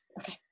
Okay